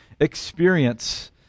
experience